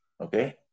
Okay